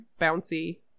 bouncy